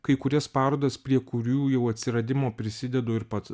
kai kurias parodas prie kurių jau atsiradimo prisidedu ir pats